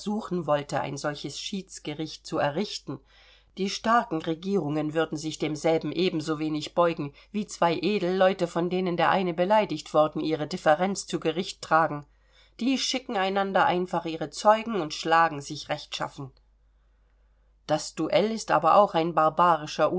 wollte ein solches schiedsgericht zu errichten die starken regierungen würden sich demselben ebensowenig beugen wie zwei edelleute von denen der eine beleidigt worden ihre differenz zu gericht tragen die schicken einander einfach ihre zeugen und schlagen sich rechtschaffen das duell ist aber auch ein barbarischer